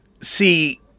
see